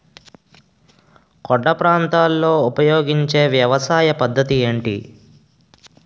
కొండ ప్రాంతాల్లో ఉపయోగించే వ్యవసాయ పద్ధతి ఏంటి?